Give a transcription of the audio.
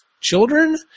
children